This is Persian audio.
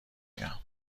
دنیا